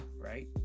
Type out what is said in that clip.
right